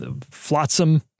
flotsam